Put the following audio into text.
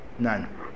none